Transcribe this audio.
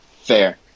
Fair